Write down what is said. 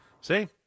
See